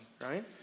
right